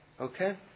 Okay